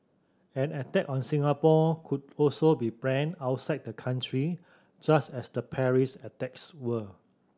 an attack on Singapore could also be planned outside the country just as the Paris attacks were